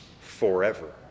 forever